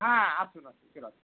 হ্যাঁ আসুন আসুন ঠিক আছে